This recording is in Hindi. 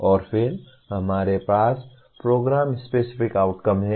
और फिर हमारे पास प्रोग्राम स्पेसिफिक आउटकम हैं